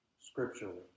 scripturally